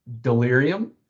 delirium